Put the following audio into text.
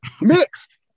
mixed